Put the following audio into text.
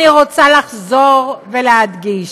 אני רוצה לחזור ולהדגיש,